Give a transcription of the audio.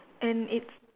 and it's